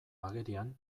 agerian